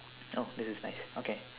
oh this is nice okay